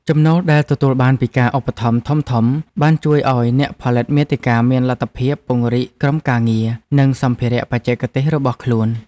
ចំណូលដែលទទួលបានពីការឧបត្ថម្ភធំៗបានជួយឱ្យអ្នកផលិតមាតិកាមានលទ្ធភាពពង្រីកក្រុមការងារ និងសម្ភារៈបច្ចេកទេសរបស់ខ្លួន។